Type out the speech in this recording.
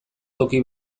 toki